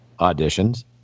auditions